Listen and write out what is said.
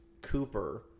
Cooper